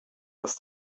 dass